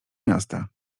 miasta